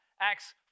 Acts